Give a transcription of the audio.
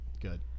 good